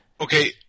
Okay